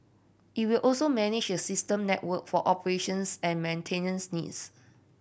it will also manage the system network for operations and maintenance needs